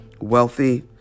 wealthy